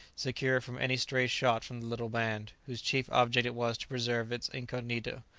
secure from any stray shot from the little band, whose chief object it was to preserve its incognito.